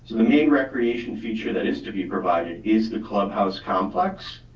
the main recreation feature that is to be provided is the clubhouse complex.